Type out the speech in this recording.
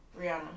Rihanna